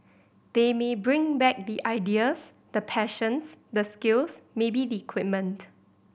they may bring back the ideas the passions the skills maybe the equipment